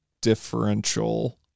differential